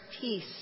peace